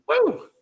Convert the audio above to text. Woo